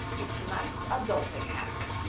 it's tonight's adulting hacks.